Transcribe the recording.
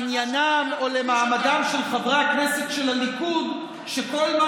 אני דואג לעניינם או למעמדם של חברי הכנסת של הליכוד שכל מה